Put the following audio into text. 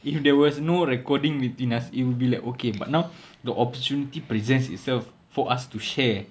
if there was no recording between us it will be like okay but now the opportunity presents itself for us to share